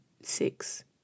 six